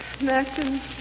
Maxim